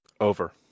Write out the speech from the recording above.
over